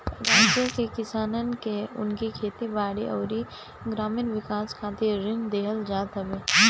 राज्य के किसानन के उनकी खेती बारी अउरी ग्रामीण विकास खातिर ऋण देहल जात हवे